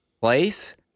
place